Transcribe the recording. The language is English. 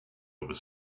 was